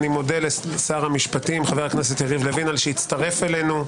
על שהצטרף אלינו.